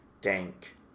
Dank